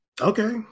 Okay